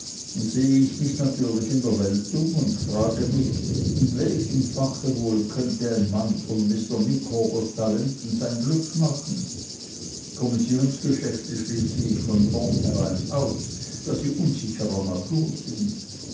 sehe ich mich natürlich in der welt um und frage mich in welchem fache wohl könnte ein mann von mr micawbers talenten sein glück machen kommissionsgeschäfte schließe ich von vornherein aus da sie unsicherer natur sind